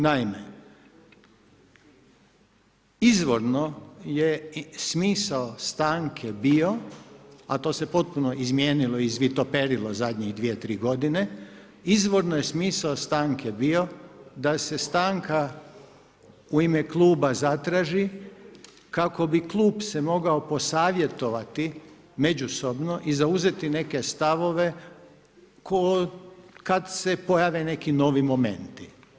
Naime, izvorno je smisao stanke bio a to se potpuno izmijenilo, izvitoperilo zadnjih 2, 3 godine, izvorno je smisao stanke bio da se stanka u ime kluba zatraži kako bi klub se mogao posavjetovati međusobno i zauzeti neke stavove kad se pojave neki novi momenti.